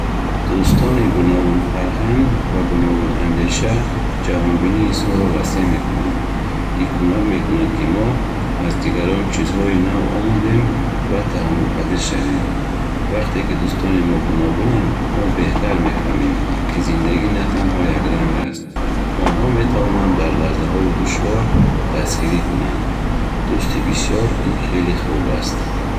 Дӯстони гуногунфарҳанг ва гуногунандеша ҷаҳонбинии инсонро васеъ мекунанд. Ин кӯмак мекунад, ки мо аз дигарон чизҳои нав омӯзем ва таҳаммулпазир шавем. Вақте ки дӯстони мо гуногунанд, мо беҳтар мефаҳмем, ки зиндагӣ на танҳо якранг аст. Онҳо метавонанд дар лаҳзаҳои душвор дастгирӣ кунанд. Дӯсти бисёр ин хеле хуб аст.